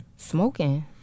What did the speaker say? Smoking